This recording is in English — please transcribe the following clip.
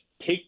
take